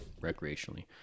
recreationally